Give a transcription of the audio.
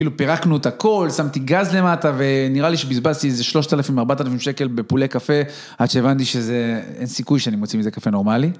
כאילו פירקנו את הכל, שמתי גז למטה ונראה לי שבזבזתי איזה 3,000 4,000 שקל בפולי קפה, עד שהבנתי שאין סיכוי שאני מוציא מזה קפה נורמלי.